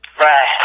Right